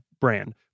brand